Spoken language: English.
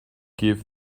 give